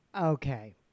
Okay